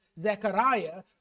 Zechariah